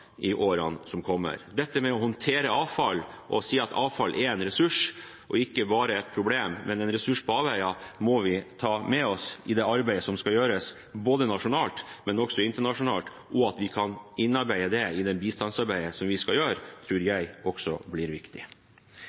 i årene som kommer. Dette med å håndtere avfall og si at avfall er en ressurs – ikke bare et problem, men ressurser på avveier – må vi ta med oss i arbeidet som skal gjøres både nasjonalt og internasjonalt. Det at vi kan innarbeide det i bistandsarbeidet vi skal gjøre, tror jeg også blir viktig.